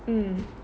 mm